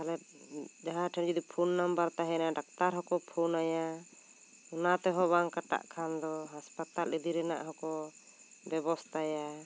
ᱡᱟᱦᱟᱸᱭ ᱴᱷᱮᱱ ᱡᱩᱫᱤ ᱯᱷᱳᱱ ᱱᱟᱢᱵᱟᱨ ᱛᱟᱦᱮᱱᱟ ᱰᱟᱠᱛᱟᱨ ᱦᱚᱸᱠᱚ ᱯᱷᱳᱱᱟᱭᱟ ᱚᱱᱟ ᱛᱮ ᱦᱚᱸ ᱵᱟᱝ ᱠᱟᱴᱟᱜ ᱠᱷᱟᱱ ᱫᱚ ᱦᱟᱥᱯᱟᱛᱟᱞ ᱤᱫᱤ ᱨᱮᱱᱟᱜ ᱦᱚᱸᱠᱚ ᱵᱮᱵᱚᱥᱛᱷᱟᱭᱟ